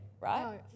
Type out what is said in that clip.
right